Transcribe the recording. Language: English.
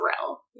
thrill